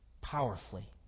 powerfully